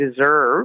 deserve